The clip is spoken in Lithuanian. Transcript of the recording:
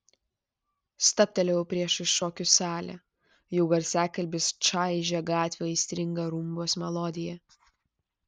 stabtelėjau priešais šokių salę jų garsiakalbis čaižė gatvę aistringa rumbos melodija